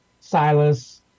Silas